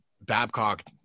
Babcock